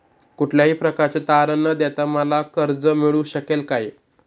कुठल्याही प्रकारचे तारण न देता मला कर्ज मिळू शकेल काय?